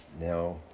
now